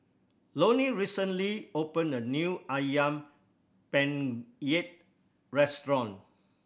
Lonny recently opened a new Ayam Penyet restaurant